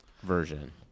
version